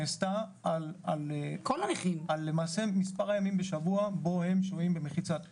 נעשתה על מספר הימים בשבוע בו הם שוהים במחיצת המשפחה,